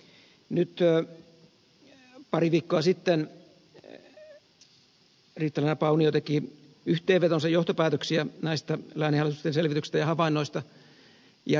nyt pari viikkoa sitten riitta leena paunio teki yhteenvetonsa johtopäätöksiä näistä lääninhallitusten selvityksistä ja havainnoista